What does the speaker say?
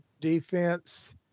defense